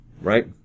right